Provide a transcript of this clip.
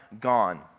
gone